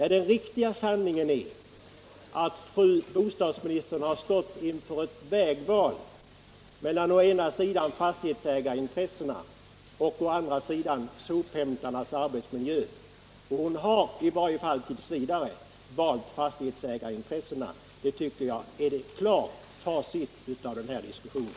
Nej, sanningen är den att fru bostadsministern har stått inför ett val mellan å ena sidan fastighetsägarintressena och å andra sidan sophämtarnas arbetsmiljö. Hon har i varje fall t. v. valt fastighetsägarintressena. Det tycker jag är ett klart facit av den här diskussionen.